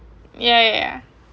yeah yeah